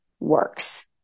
works